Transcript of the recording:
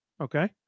Okay